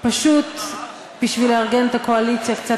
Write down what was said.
פשוט בשביל לארגן את הקואליציה קצת